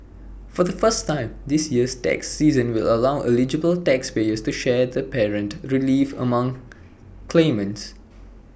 for the first time this year's tax season will allow eligible taxpayers to share the parent relief among claimants